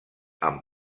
amb